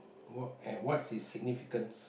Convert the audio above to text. what and what's its significance